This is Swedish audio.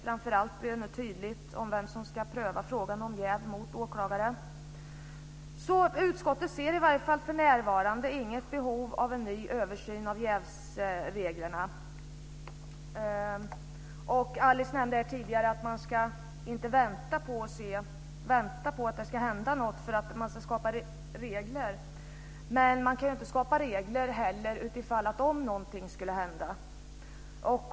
Framför allt blir det nu tydligt vem som ska pröva frågan om jäv hos åklagare. Utskottet ser i varje fall för närvarande inte något behov av en ny översyn av jävsreglerna. Alice Åström nämnde här tidigare att man inte ska vänta på att det ska hända något för att man ska skapa regler. Men man kan heller inte skapa regler för utifall någonting skulle hända.